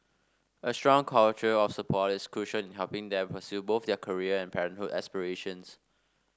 a strong culture of support is crucial in helping them pursue both their career and parenthood aspirations